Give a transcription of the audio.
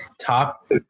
top